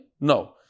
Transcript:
No